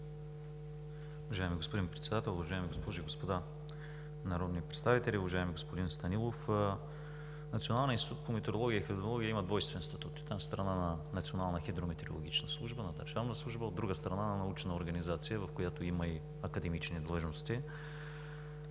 Уважаеми господин Председател, уважаеми госпожи и господа народни представители! Уважаеми господин Станилов, Националният институт по метеорология и хидрология има двойствен статут: от една страна, на Национална хидрометеорологична служба – на държавна служба, от друга страна, на научна организация, в която има и академични длъжности.